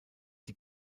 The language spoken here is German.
die